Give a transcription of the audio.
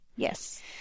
Yes